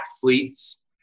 fleets